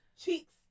Cheeks